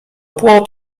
płot